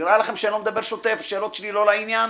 נראה לכם שאני לא מדבר שוטף ושהשאלות שלי לא לעניין?